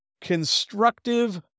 Constructive